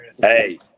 Hey